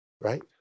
Right